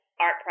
art